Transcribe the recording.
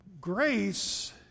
Grace